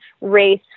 race